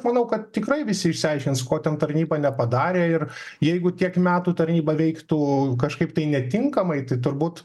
manau kad tikrai visi išsiaiškins ko ten tarnyba nepadarė ir jeigu tiek metų taryba veiktų kažkaip tai netinkamai tai turbūt